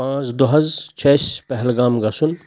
پانٛژھ دۄہ حظ چھِ اَسہِ پہلگام گژھُن